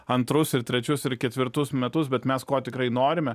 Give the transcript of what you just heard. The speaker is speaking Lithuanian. antrus ir trečius ir ketvirtus metus bet mes ko tikrai norime